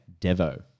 Devo